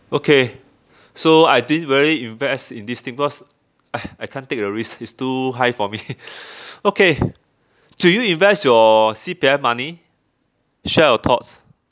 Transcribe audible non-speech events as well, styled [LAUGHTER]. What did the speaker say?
okay so I didn't really invest in this thing because I I can't take the risk it's too high for me [LAUGHS] okay should you invest your C_P_F money share your thoughts